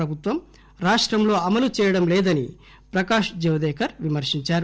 ప్రభుత్వం రాష్టంలో అమలు చేయడంలేదని ప్రకాశ్ జవదేకర్ విమర్శించారు